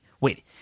Wait